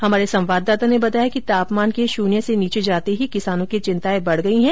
हमारे संवाददाता ने बताया कि तापमान के शून्य से नीचे जाते ही किसानों की चिंताएं बढ़ गई है